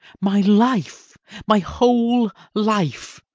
my life my whole life.